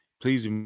Please